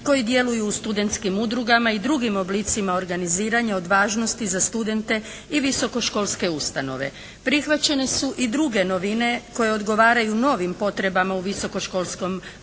koji djeluju u studentskim udrugama i drugim oblicima organiziranja od važnosti za studente i visokoškolske ustanove. Prihvaćene su i druge novine koje odgovaraju novim potrebama u visokoškolskom ambijentu